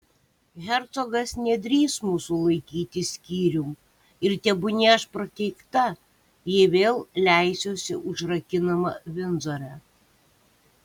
hercogas nedrįs mūsų laikyti skyrium ir tebūnie aš prakeikta jei vėl leisiuosi užrakinama vindzore